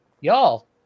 y'all